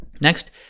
Next